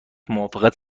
موافقت